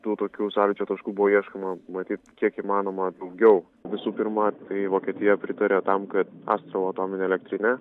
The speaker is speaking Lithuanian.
tų tokių sąlyčio taškų buvo ieškoma matyt kiek įmanoma daugiau visų pirma tai vokietija pritaria tam kad astravo atominė elektrinė